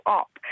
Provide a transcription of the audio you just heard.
up